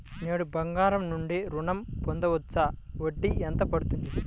నేను బంగారం నుండి ఋణం పొందవచ్చా? వడ్డీ ఎంత పడుతుంది?